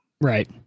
Right